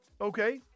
okay